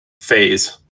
phase